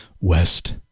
West